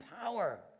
power